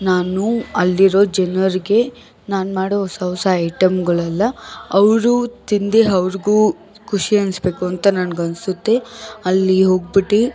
ನಾನು ಅಲ್ಲಿರೋ ಜನರಿಗೆ ನಾನು ಮಾಡೋ ಹೊಸ ಹೊಸ ಐಟಮ್ಗಳೆಲ್ಲ ಅವರು ತಿಂದು ಅವ್ರಿಗೂ ಖುಷಿ ಅನಿಸ್ಬೇಕು ಅಂತ ನನಗನ್ಸುತ್ತೆ ಅಲ್ಲಿ ಹೋಗ್ಬಿಟ್ಟು